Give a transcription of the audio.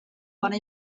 bona